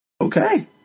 Okay